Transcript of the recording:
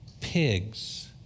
pigs